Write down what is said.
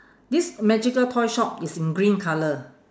this magical toy shop is in green colour